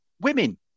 women